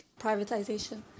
privatization